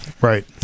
Right